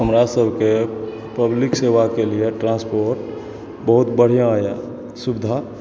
हमरा सबके पब्लिक सेवा के लिए ट्रांसपोर्ट बहुत बढ़िऑं यऽ सुविधा